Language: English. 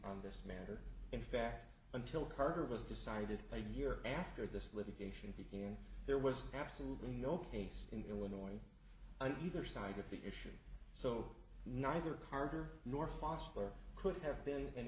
on this matter in fact until carter was decided a year after this litigation in there was absolutely no case in illinois and either side of the issue so neither carter nor foster could have been an